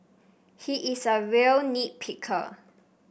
he is a real nit picker